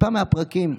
טיפה מהפרקים.